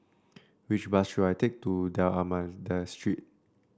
which bus should I take to D'Almeida Street